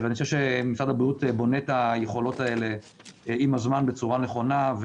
ואני חושב שמשרד הבריאות בונה את היכולות האלה עם הזמן בצורה נכונה,